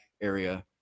area